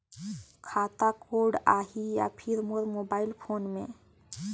खाता कोड आही या फिर मोर मोबाइल फोन मे?